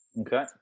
Okay